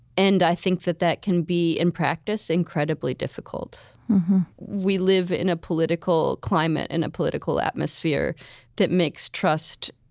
and i think that that can be in practice incredibly difficult we live in a political climate in a political atmosphere that makes trust